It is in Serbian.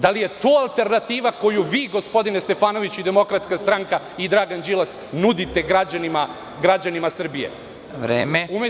Da li je to alternativa koju vi gospodine Stefanoviću i DS i Dragan Đilas nudite građanima Srbije?